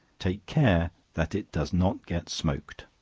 take care that it does not get smoked.